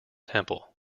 temple